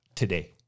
today